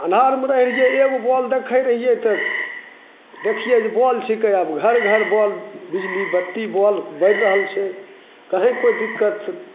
अन्हारमे रहै रहियै एगो बौल देखै रहियै तऽ देखियै जे बौल छिकै आब घर घर बौल बिजली बत्ती बौल बरि रहल छै कहीँ कोइ दिक्कत